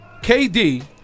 KD